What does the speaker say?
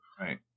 right